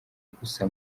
gusa